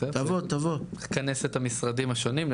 נכנס את המשרדים השונים.